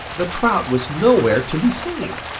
the trout was nowhere to be seen.